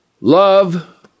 Love